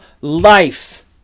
life